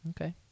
Okay